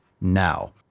now